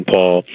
Paul